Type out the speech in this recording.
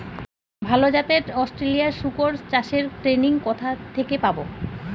ভালো জাতে অস্ট্রেলিয়ান শুকর চাষের ট্রেনিং কোথা থেকে পাব?